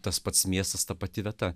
tas pats miestas ta pati vieta